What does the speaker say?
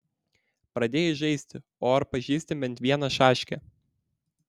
pradėjai žaisti o ar pažįsti bent vieną šaškę